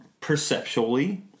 perceptually